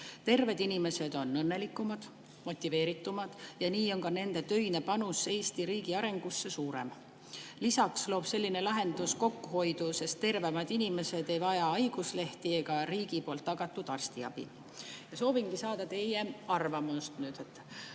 Terved inimesed on õnnelikumad, motiveeritumad ja nii on ka nende töine panus Eesti riigi arengusse suurem. Lisaks loob selline lahendus kokkuhoidu, sest tervemad inimesed ei vaja haiguslehti ega riigi poolt tagatud arstiabi. Soovin saada teie arvamust.